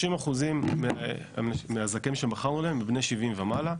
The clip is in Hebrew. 30% מזכאים שמכרנו להם הם בני 70 ומעלה,